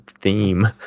theme